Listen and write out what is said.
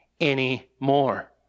anymore